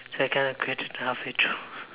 so I kind of quit it halfway through